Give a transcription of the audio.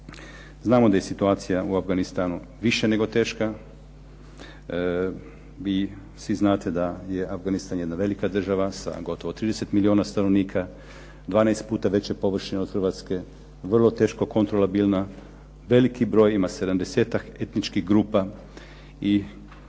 Znamo da je situacija u Afganistanu više nego teška i svi znate da je Afganistan jedna velika država sa gotovo 30 milijuna stanovnika, 12 puta veče površine od Hrvatske, vrlo teško kontrolabilna, veliki broj ima 70-tak etničkih grupa i